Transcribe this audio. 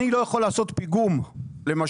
אני לא יכול לעשות פיגום למשל,